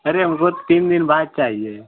अरे हमको तीन दिन बाद चाहिए